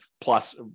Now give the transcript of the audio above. plus